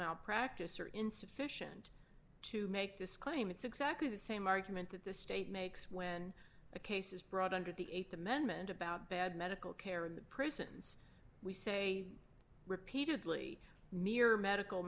malpractise are insufficient to make this claim it's exactly the same argument that the state makes when a case is brought under the th amendment about bad medical care in prisons we say repeatedly near medical